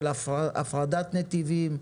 של הפרדת נתיבים,